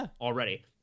already